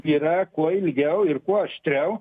yra kuo ilgiau ir kuo aštriau